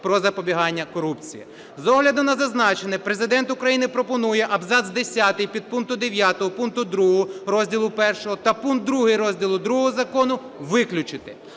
"Про запобігання корупції". З огляду на зазначене Президент України пропонує абзац десятий підпункту 9 пункту 2 розділу І та пункт 2 розділу ІІ закону виключити.